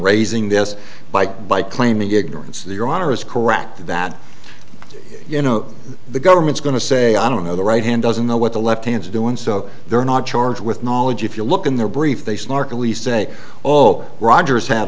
raising this bike by claiming ignorance of your honor is correct that you know the government's going to say i don't know the right hand doesn't know what the left hands doing so they're not charged with knowledge if you look in their brief they snarkily say oh roger's have